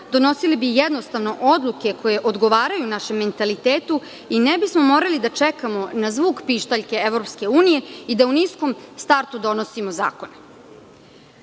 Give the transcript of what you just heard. donosili bi jednostavno odluke koje odgovaraju našem mentalitetu i ne bismo morali da čekamo na zvuk pištaljke i da u niskom startu donosimo zakone.U